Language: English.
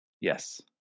Yes